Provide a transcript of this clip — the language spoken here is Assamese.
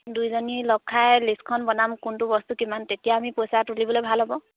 দুইজনী লগ খাই লিষ্টখন বনাম কোনটো বস্তু কিমান তেতিয়া আমি পইচা তুলিবলৈ ভাল হ'ব